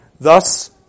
thus